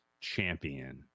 champion